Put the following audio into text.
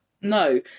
No